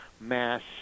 mass